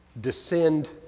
descend